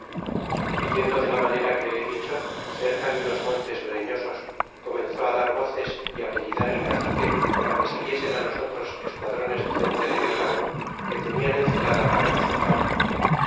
yendo de la manera que he dicho cerca de unos montes breñosos comenzó dar voces y apellidar el cacique para que saliesen nosotros esquadrones de gente de guerra que tenian en zelada para nos matar